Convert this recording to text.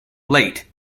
late